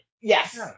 Yes